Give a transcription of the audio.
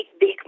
big